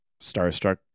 starstruck